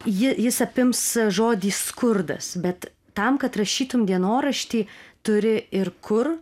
ji jis apims žodį skurdas bet tam kad rašytum dienoraštį turi ir kur